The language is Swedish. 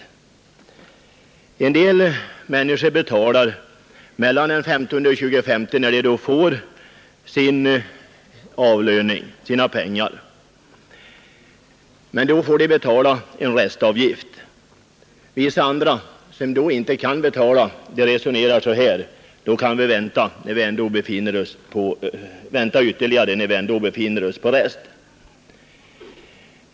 Många människor betalar mellan den 15 och 25, när de då får sina pengar, men därvid måste de erlägga en restavgift. Vissa andra, som då inte kan betala, resonerar så här: När vi ändå befinner oss på rest, så kan vi vänta ytterligare.